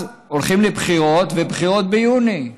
אז הולכים לבחירות, ובחירות ביוני.